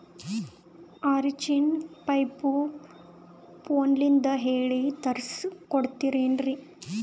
ಆರಿಂಚಿನ ಪೈಪು ಫೋನಲಿಂದ ಹೇಳಿ ತರ್ಸ ಕೊಡ್ತಿರೇನ್ರಿ?